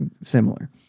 similar